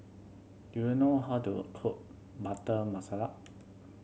do you know how to cook Butter Masala